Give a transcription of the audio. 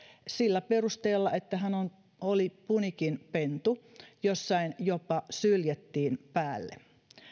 sillä perusteella että hän oli punikin pentu jossain jopa syljettiin päälle